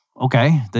okay